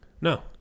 No